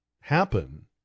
happen